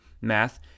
math